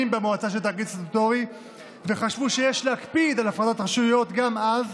במועצה של תאגיד סטטוטורי וחשבו שיש להקפיד על הפרדת רשויות גם אז,